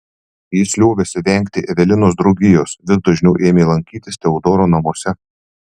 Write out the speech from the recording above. jis liovėsi vengti evelinos draugijos vis dažniau ėmė lankytis teodoro namuose